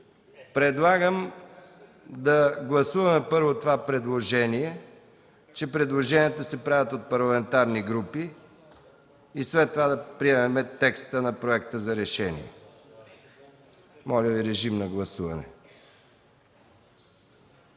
Предлагам да гласуваме първо това предложение, че предложенията се правят от парламентарни групи и след това да приемем текста на проекта за решение. Моля, режим на гласуване.